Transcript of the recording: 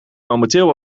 momenteel